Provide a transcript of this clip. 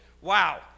wow